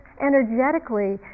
energetically